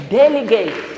delegate